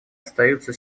остаются